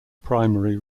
primary